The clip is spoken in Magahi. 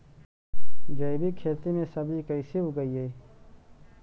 जैविक खेती में सब्जी कैसे उगइअई?